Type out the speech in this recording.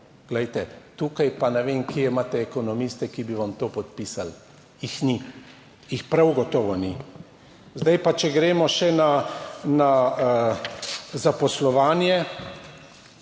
Glejte, tukaj pa ne vem, kje imate ekonomiste, ki bi vam to podpisali? Jih ni, jih prav gotovo ni. Zdaj pa, če gremo še na zaposlovanje.